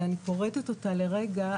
ואני פורטת אותה לרגע,